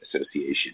Association